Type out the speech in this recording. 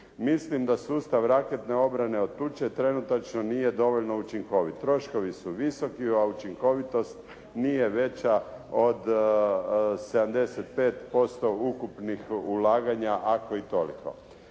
Mislim da sustav raketne obrane od tuče trenutačno nije dovoljno učinkovit. Troškovi su visoki a učinkovitost nije veća od 75% ukupnih ulaganja ako i toliko.»